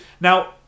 Now